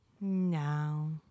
No